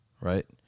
Right